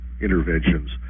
interventions